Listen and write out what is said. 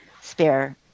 Spare